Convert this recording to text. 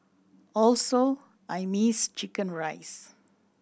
also I missed chicken rice